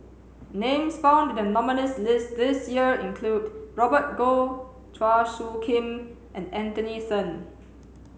names found in the Nominees' list this year include Robert Goh Chua Soo Khim and Anthony Then